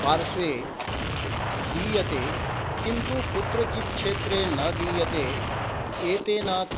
पार्श्वे दीयते किन्तु कुत्रचित् क्षेत्रे न दीयते एतेन